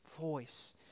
voice